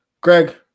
Greg